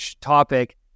topic